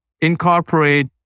incorporate